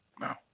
No